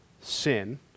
sin